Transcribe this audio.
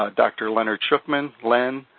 dr. leonard schuchman, len,